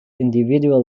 individual